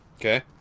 Okay